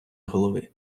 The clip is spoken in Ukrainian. голови